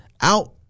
out